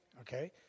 Okay